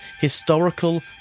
historical